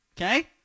Okay